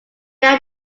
are